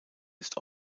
ist